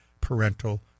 parental